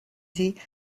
city